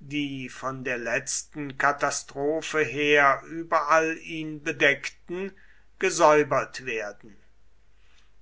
die von der letzten katastrophe her überall ihn bedeckten gesäubert werden